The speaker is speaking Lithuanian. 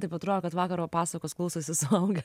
taip atrodo kad vakaro pasakos klausosi suaugę